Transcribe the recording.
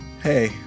Hey